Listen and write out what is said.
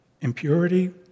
impurity